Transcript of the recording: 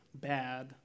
bad